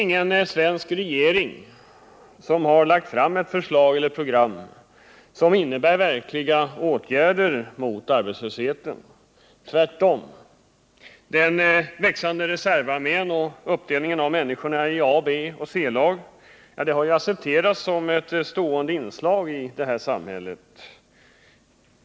Ingen svensk regering har lagt fram något förslag eller något program som innebär verkliga åtgärder mot arbetslösheten. Tvärtom har den växande reservarmén och uppdelningen av människorna i A-, B och C-lag accepterats som ett stående inslag i vårt samhälle.